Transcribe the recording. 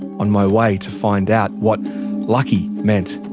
on my way to find out what lucky meant.